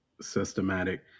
systematic